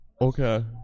Okay